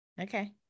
Okay